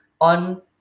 on